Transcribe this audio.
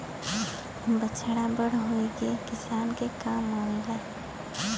बछड़ा बड़ होई के किसान के काम आवेला